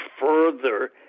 further